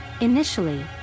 Initially